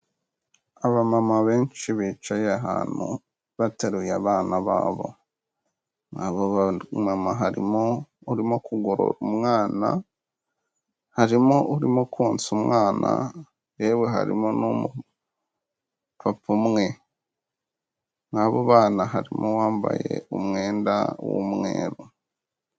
Abamama benshi bicaye ahantu bateruye abana babo, abo bamama harimo urimo kugorora umwana, harimo urimo konsa umwana yewe harimo n'umupapa umwe. Muri abo bana harimo uwambaye umwenda w'umweru.